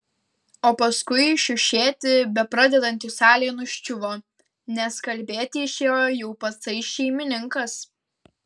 o paskui šiušėti bepradedanti salė nuščiuvo nes kalbėti išėjo jau patsai šeimininkas